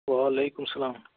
وعلیکُم السلام